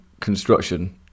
construction